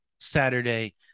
Saturday